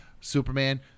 Superman